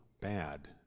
bad